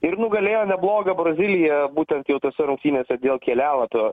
ir nugalėjo neblogą braziliją būtent tose rungtynėse dėl kelialapio